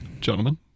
Gentlemen